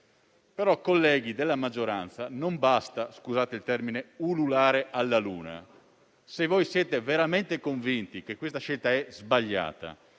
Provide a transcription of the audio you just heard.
Eppure, colleghi della maggioranza, non basta - scusate il termine - ululare alla luna. Se siete veramente convinti che la scelta è sbagliata;